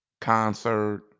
concert